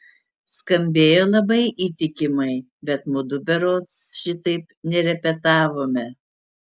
skambėjo labai įtikimai bet mudu berods šitaip nerepetavome